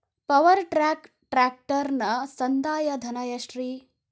Power track ಟ್ರ್ಯಾಕ್ಟರನ ಸಂದಾಯ ಧನ ಎಷ್ಟ್ ರಿ?